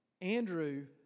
Andrew